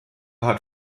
hat